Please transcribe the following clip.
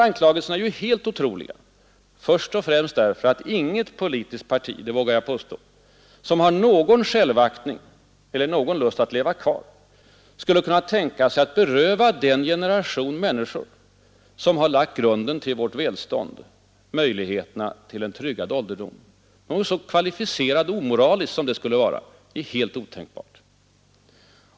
Anklagelserna är helt otroliga, först och främst därför att inget politiskt parti — det vågar jag påstå — som har någon självaktning eller någon lust att leva kvar, skulle kunna tänka sig att beröva den generation människor som lagt grunden till vårt välstånd möjligheterna till en tryggad ålderdom. Något så kvalificerat omoraliskt som det skulle vara är helt otänkbart.